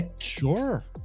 Sure